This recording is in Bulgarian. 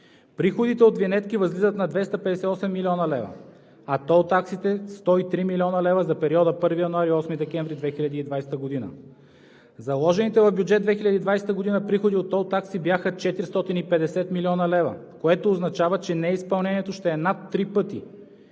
Приходите от винетки възлизат на 258 млн. лв., а от тол таксите – 103 млн. лв., за периода 1 януари – 8 декември 2020 г. Заложените в бюджет 2020 г. приходи от тол такси бяха 450 млн. лв., което означава, че неизпълнението ще е над 3 пъти.